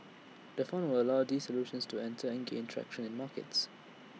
the fund will allow these solutions to enter and gain traction in markets